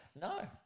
no